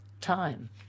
time